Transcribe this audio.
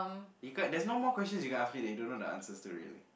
be curt there's no more questions you can ask me that you don't know the answers to really